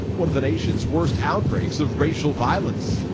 one of the nation's worst outbreaks of racial violence.